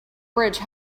bridge